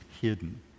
hidden